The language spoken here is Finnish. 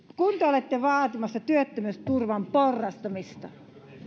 kun te te olette vaatimassa työttömyysturvan porrastamista